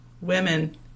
women